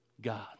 God